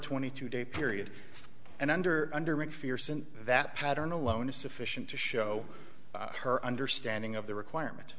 twenty two day period and under under macpherson that pattern alone is sufficient to show her understanding of the requirement